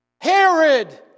Herod